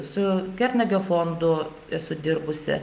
su kernagio fondu esu dirbusi